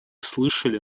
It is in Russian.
слышали